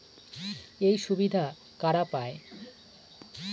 এই সুবিধা কারা পায়?